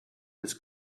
des